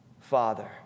Father